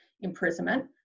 imprisonment